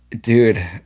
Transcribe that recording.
dude